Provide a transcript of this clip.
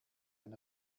ein